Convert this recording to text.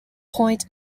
point